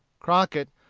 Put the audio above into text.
crockett,